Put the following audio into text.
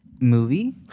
movie